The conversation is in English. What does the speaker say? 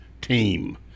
team